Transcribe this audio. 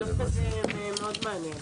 זה דווקא מאוד מעניין.